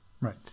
Right